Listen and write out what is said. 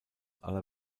aller